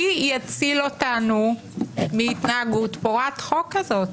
מי יציל אותנו מהתנהגות פורעת חוק כזו?